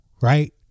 right